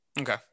Okay